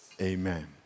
amen